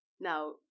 now